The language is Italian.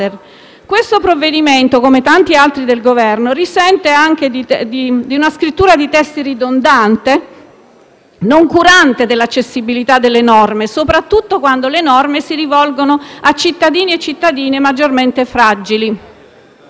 Questo provvedimento, come molti altri del Governo, risente anche di una scrittura dei testi ridondante, noncurante dell'accessibilità delle norme, soprattutto quando esse si rivolgono a cittadine e cittadini maggiormente fragili.